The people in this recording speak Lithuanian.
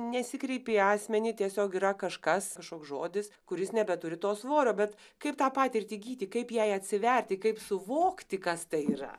nesikreipi į asmenį tiesiog yra kažkas kažkoks žodis kuris nebeturi to svorio bet kaip tą patirtį įgyti kaip jai atsiverti kaip suvokti kas tai yra